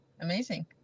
Amazing